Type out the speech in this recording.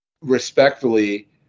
Respectfully